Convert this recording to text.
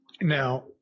Now